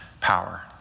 power